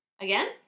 Again